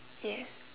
yes